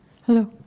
Hello